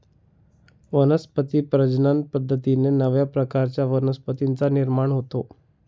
वनस्पती प्रजनन पद्धतीने नव्या प्रकारच्या वनस्पतींचा निर्माण होतो